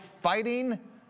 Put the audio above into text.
fighting